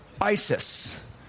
ISIS